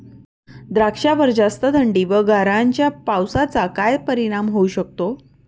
द्राक्षावर जास्त थंडी व गारांच्या पावसाचा काय परिणाम होऊ शकतो?